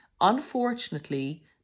unfortunately